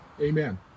Amen